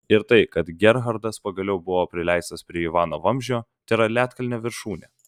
ir tai kad gerhardas pagaliau buvo prileistas prie ivano vamzdžio tėra ledkalnio viršūnė